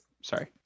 Sorry